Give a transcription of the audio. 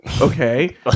Okay